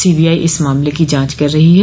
CBI इस मामले की जांच कर रही है